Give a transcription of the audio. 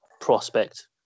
prospect